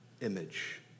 image